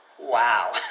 Wow